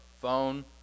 phone